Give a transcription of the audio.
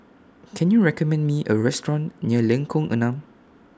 Can YOU recommend Me A Restaurant near Lengkong Enam